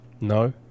No